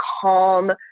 calm